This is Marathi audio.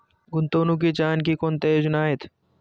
गुंतवणुकीच्या आणखी कोणत्या योजना आहेत?